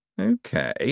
Okay